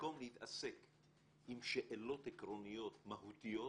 במקום להתעסק עם שאלות עקרוניות מהותיות,